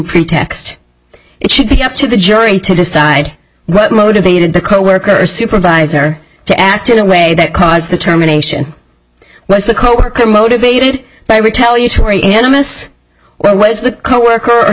pretext it should be up to the jury to decide what motivated the coworker supervisor to act in a way that caused the terminations was the coworker motivated by retaliatory animists was the coworker or